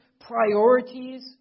priorities